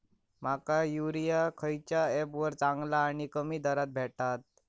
माका युरिया खयच्या ऍपवर चांगला आणि कमी दरात भेटात?